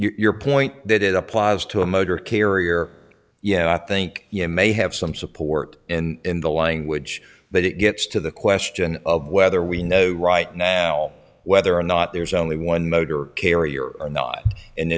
o your point that it applies to a motor carrier yeah i think you may have some support in the language that it gets to the question of whether we know right now whether or not there's only one motor carrier